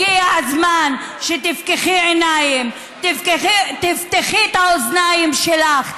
הגיע הזמן שתפקחי עיניים, תפתחי את האוזניים שלך.